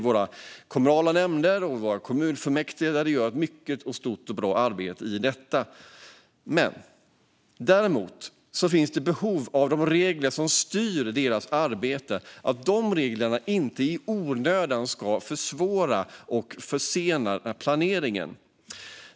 Våra kommunala nämnder och våra kommunfullmäktige gör ett mycket stort och bra arbete i detta. Däremot finns det ett behov av att de regler som styr deras arbete inte i onödan försvårar och försenar planeringen.